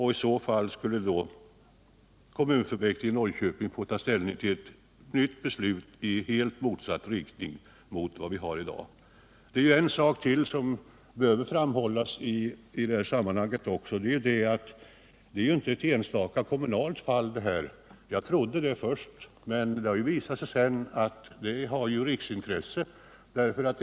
I så fall skulle kommunfullmäktige i Norrköping få ta ställning till ett nytt beslut i helt motsatt riktning mot vad vi har i dag. En sak till bör framhållas i detta sammanhang. Det gäller inte ett enstaka kommunalt fall. Det trodde jag först, men det har visat sig att frågan har riksintresse.